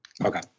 Okay